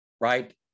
right